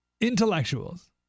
intellectuals